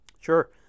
Sure